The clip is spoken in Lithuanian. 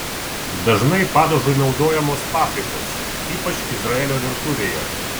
dažnai padažui naudojamos paprikos ypač izraelio virtuvėje